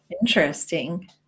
Interesting